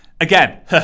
Again